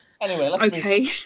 okay